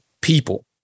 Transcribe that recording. people